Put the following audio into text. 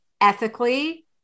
ethically